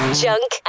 junk